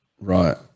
Right